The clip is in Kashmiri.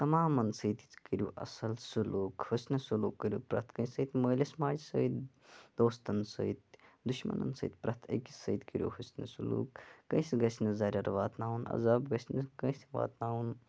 تَمامَن سۭتۍ کٔرِو اصٕل سلوٗک حُسنہٕ سلوٗک کٔرِو پرٛتھ کٲنٛسہِ سۭتۍ مٲلِس ماجہِ سۭتۍ دوستَن سۭتۍ دُشمَنَن سۭتۍ پرٛتھ أکِس سۭتۍ کٔرِو حُسنہِ سلوٗک کٲنٛسہِ گَژھِ نہٕ زَریٚر واتناوُن عَذاب گَژھِ نہٕ کٲنٛسہِ واتناوُن